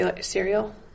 cereal